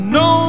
no